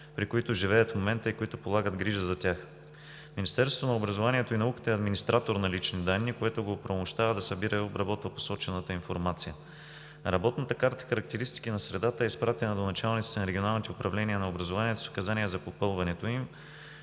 и учениците в момента и тези, които полагат грижи за тях. Министерството на образованието и науката е администратор на лични данни, което го оправомощава да събира и обработва посочената информация. Работната карта с характеристики на средата е изпратена до началниците на регионалните управления на образованието с указания за попълването им.